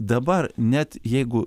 dabar net jeigu